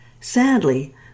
Sadly